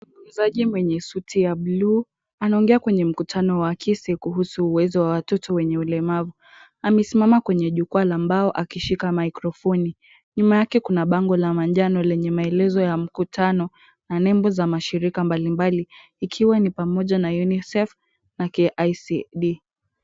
Mzazi mwenye suti ya bluu anaongea kwenye mkutano wa KISE kuhusu uwezo wa watoto wenye ulemavu. Amesimama kwenye jukwaa la mbao akishika maikrofoni . Nyuma yake kuna bango la manjano lenye maelezo ya mkutano, na nembo za mashirika mbalimbali ikiwa ni pamoja na UNICEF na KICD.